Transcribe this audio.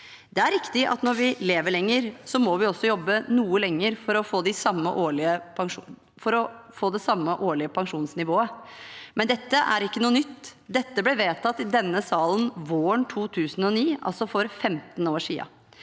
Det er riktig at når vi lever lenger, må vi også jobbe noe lenger for å få det samme årlige pensjonsnivået, men dette er ikke noe nytt. Dette ble vedtatt i denne salen våren 2009, altså for 15 år siden.